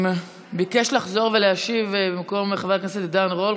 ביקש לחזור ולהשיב במקום חבר הכנסת עידן רול,